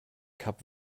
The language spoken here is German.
kap